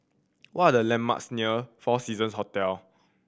what are the landmarks near Four Seasons Hotel